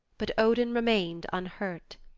but odin remained unhurt.